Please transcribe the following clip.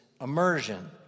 immersion